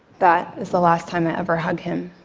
that is the last time i ever hug him.